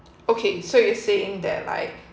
okay so you're saying that like